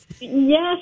Yes